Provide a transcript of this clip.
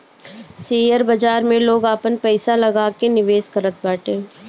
share बाजार में लोग आपन पईसा लगा के निवेश करत बाटे